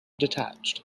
detached